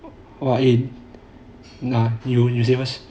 !wah! eh never mind you say first